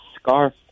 scarf